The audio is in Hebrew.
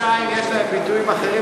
בראש-העין יש להם ביטויים אחרים.